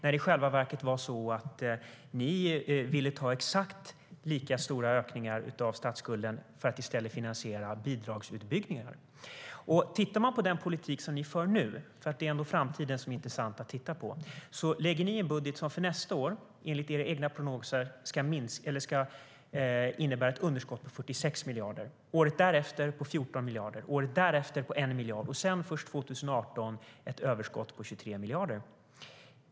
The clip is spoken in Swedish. I själva verket ville ni göra exakt lika stora ökningar av statsskulden för att i stället finansiera bidragsutbyggningar.I den politik som ni för nu - det är ändå framtiden som är intressant att titta på - lägger ni fram en budget som enligt era prognoser ska innebära ett underskott på 46 miljarder nästa år, på 14 miljarder året därefter och på 1 miljard året därefter. Först 2018 innebär den ett överskott på 23 miljarder.